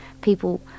people